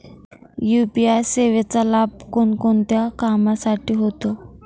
UPI सेवेचा लाभ कोणकोणत्या कामासाठी होतो?